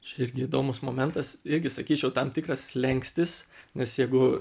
čia irgi įdomus momentas irgi sakyčiau tam tikras slenkstis nes jeigu